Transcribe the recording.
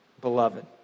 beloved